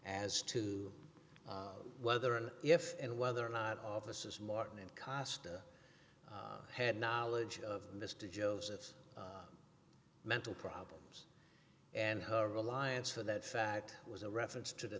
as to whether and if and whether or not officers martin and cost had knowledge of mr josephs mental problems and her reliance for that fact was a reference to the